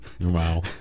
Wow